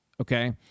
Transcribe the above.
Okay